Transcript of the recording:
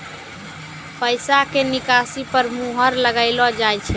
पैसा के निकासी पर मोहर लगाइलो जाय छै